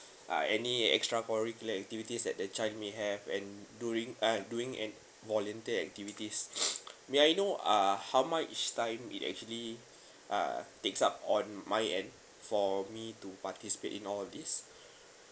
uh any extra co curricular activities that the changi have and during uh doing an volunteer activities may I know uh how much each time we actually uh takes up on my end for me to participate in all of this